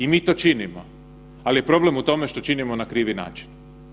I mi to činimo, ali je problem u tome što činimo na krivi način.